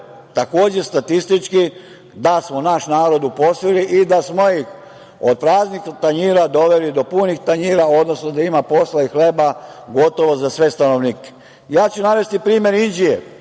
takođe statistički, da smo naš narod uposlili i da smo ih od praznih tanjira doveli do punih tanjira, odnosno da ima posla i hleba gotovo za sve stanovnike. Navešću primer Inđije